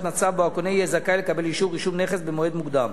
מצב בו הקונה יהיה זכאי לקבל אישור רישום נכס במועד מוקדם.